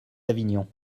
avignon